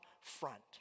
front